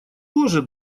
тоже